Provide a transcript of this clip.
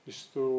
Isto